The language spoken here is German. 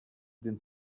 den